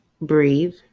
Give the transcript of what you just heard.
breathe